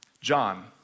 John